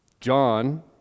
John